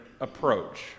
approach